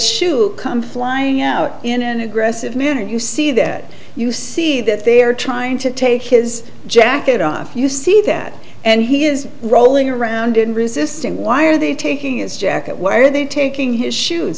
shoes come flying out in an aggressive manner you see that you see that they're trying to take his jacket off you see that and he is rolling around and resisting why are they taking its jacket why are they taking his shoes